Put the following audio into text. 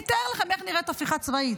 אני אתאר לכם איך נראית הפיכה צבאית.